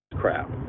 crap